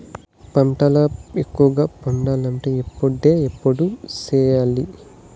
పంటల ఎక్కువగా పండాలంటే ఎప్పుడెప్పుడు సేయాలి?